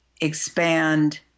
expand